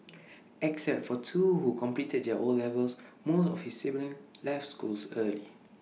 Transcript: except for two who completed their O levels most of his siblings left schools early